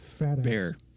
bear